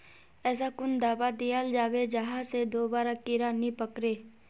ऐसा कुन दाबा दियाल जाबे जहा से दोबारा कीड़ा नी पकड़े?